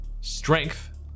strength